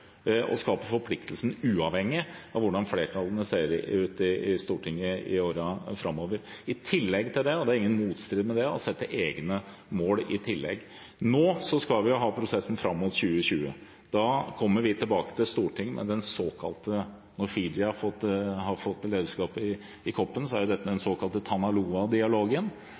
og det skaper forpliktelse uavhengig av hvordan flertallene i Stortinget ser ut i årene framover. I tillegg til det – og det er ingen motstrid i det – må man sette egne mål. Nå skal vi ha prosessen fram mot 2020. Da kommer vi tilbake til Stortinget, når Fiji har fått lederskapet i COP-en, med den såkalte